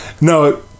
no